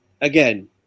again